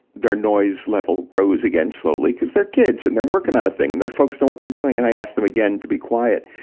their noise level rose again slowly, cuz they're kids and they're working on a thing and they're focused on what they're doing. and i asked them again to be quiet.